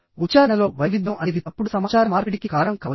ఉచ్చారణలో వైవిధ్యం అనేది తప్పుడు సమాచార మార్పిడికి కారణం కావచ్చు